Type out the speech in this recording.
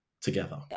together